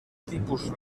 tipus